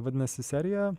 vadinasi serija